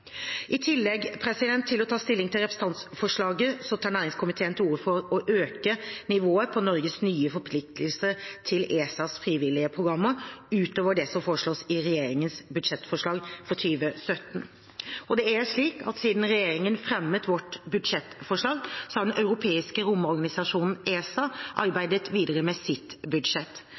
I tillegg til å ta stilling til representantforslaget tar næringskomiteen til orde for å øke nivået på Norges nye forpliktelser i forbindelse med ESAs frivillige programmer, utover det som foreslås i regjeringens budsjettforslag for 2017. Siden regjeringen fremmet budsjettforslaget, har den europeiske romorganisasjonen ESA arbeidet videre med sitt budsjett.